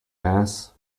ass